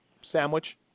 sandwich